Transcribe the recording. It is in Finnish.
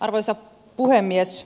arvoisa puhemies